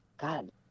God